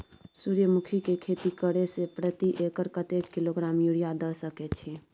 सूर्यमुखी के खेती करे से प्रति एकर कतेक किलोग्राम यूरिया द सके छी?